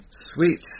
Sweet